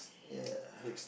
ya